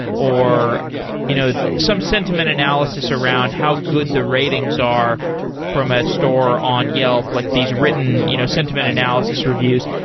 or you know some sentiment analysis around how good the ratings are from a store on yelp, like these written you know sentiment analysis reviews.